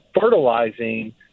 fertilizing